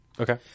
okay